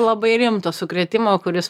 labai rimto sukrėtimo kuris